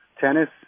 tennis